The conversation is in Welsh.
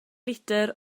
litr